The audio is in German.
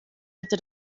bitte